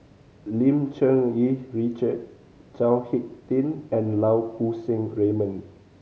Lim Cherng Yih Richard Chao Hick Tin and Lau Poo Seng Raymond